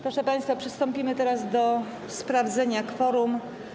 Proszę państwa, przystąpimy teraz do sprawdzenia kworum.